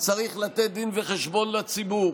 צריך לתת דין וחשבון לציבור,